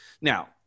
Now